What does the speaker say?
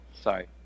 Sorry